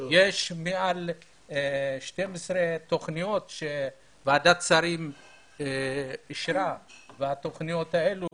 יש מעל 12 תוכניות שוועדת השרים אישרה והתוכניות האלו